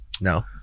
No